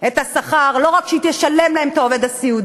את השכר, לא רק שהיא תשלם להם את העובד הסיעודי.